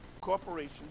corporation